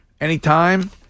anytime